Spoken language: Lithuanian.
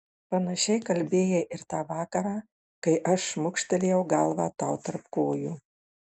panašiai kalbėjai ir tą vakarą kai aš šmukštelėjau galvą tau tarp kojų